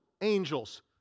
angels